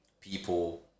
people